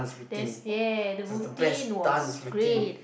that's ya the routine was great